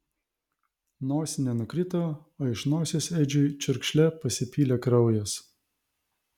nosinė nukrito o iš nosies edžiui čiurkšle pasipylė kraujas